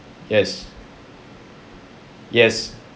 yes yes